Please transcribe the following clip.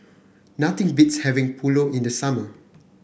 nothing beats having Pulao in the summer